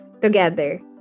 together